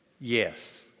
Yes